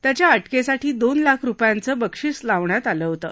त्याच्या अटक्खाठी दोन लाख रुपायांचं बक्षीस लावण्यात आलं होतं